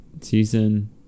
season